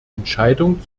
entscheidung